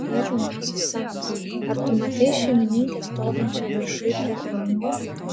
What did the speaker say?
rietė nosį semas ar tu matei šeimininkę stovinčią viršuj prie lango